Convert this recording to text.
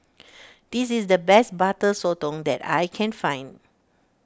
this is the best Butter Sotong that I can find